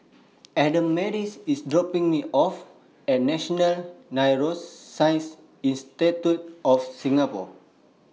Adamaris IS dropping Me off At National Neuroscience Institute of Singapore